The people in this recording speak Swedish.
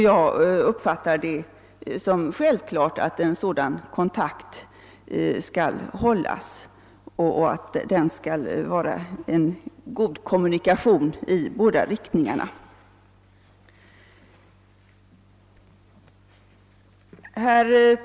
Jag uppfattar det som självklart att en sådan kontakt skall hållas och att den skall vara en god kommunikation i båda riktningarna.